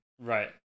Right